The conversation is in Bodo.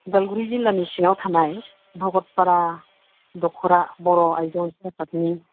अदालगुरि जिल्लानि सिङाव थानाय भगतपारा दखरा बर' आइजो अनसाय आफादनि